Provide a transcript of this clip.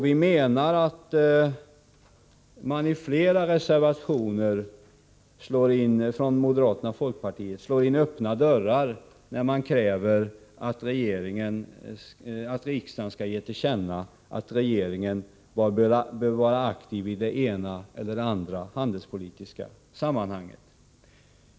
Vi menar att man i flera reservationer från moderaterna och folkpartiet slår in öppna dörrar, när man kräver att riksdagen skall ge till känna att regeringen bör vara aktiv i det ena eller andra handelspolitiska sammanhanget.